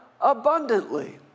abundantly